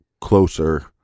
closer